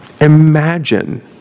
imagine